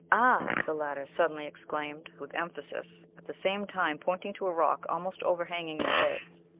ah! the latter suddenly exclaimed, with emphasis, at the same time pointing to a rock almost overhanging their heads.